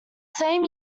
same